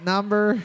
Number